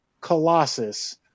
Colossus